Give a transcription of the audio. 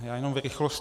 Já jenom v rychlosti.